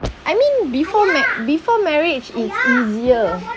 I mean before ma~ before marriage is easier